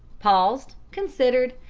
paused, considered,